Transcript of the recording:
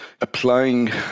applying